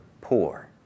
poor